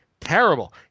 terrible